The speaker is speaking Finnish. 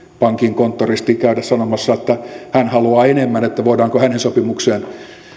pankin konttoristi käydä sanomassa että hän haluaa enemmän että voidaanko hänen sopimukseensa